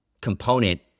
component